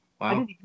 wow